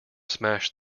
smash